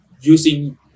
using